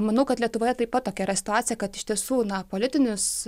manau kad lietuvoje taip pat tokia yra situacija kad iš tiesų na politinius